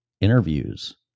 interviews